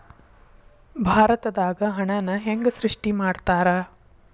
ಭಾರತದಾಗ ಹಣನ ಹೆಂಗ ಸೃಷ್ಟಿ ಮಾಡ್ತಾರಾ